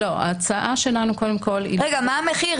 רגע, מה המחיר?